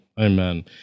Amen